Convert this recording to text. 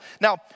Now